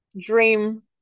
dream